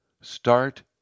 Start